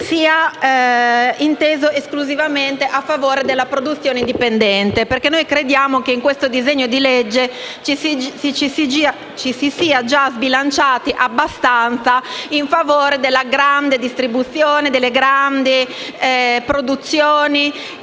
è inteso esclusivamente a favore della produzione indipendente. Crediamo, infatti, che in questo disegno di legge ci si sia già sbilanciati abbastanza in favore della grande distribuzione, delle grandi produzioni e di